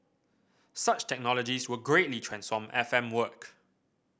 such technologies will greatly transform F M work